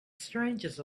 strangest